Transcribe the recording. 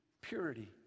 purity